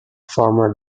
former